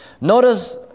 Notice